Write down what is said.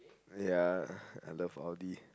ya I love audi